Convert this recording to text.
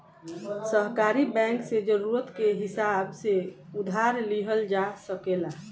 सहकारी बैंक से जरूरत के हिसाब से उधार लिहल जा सकेला